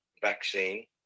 vaccine